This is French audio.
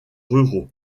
ruraux